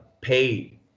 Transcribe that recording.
pay